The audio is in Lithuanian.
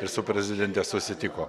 ir su prezidente susitiko